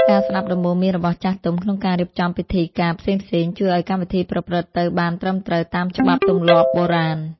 ការស្ដាប់ដំបូន្មានរបស់ចាស់ទុំក្នុងការរៀបចំពិធីការផ្សេងៗ ជួយឱ្យកម្មវិធីប្រព្រឹត្តទៅបានត្រឹមត្រូវតាមច្បាប់ទម្លាប់បុរាណ។